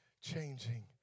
changing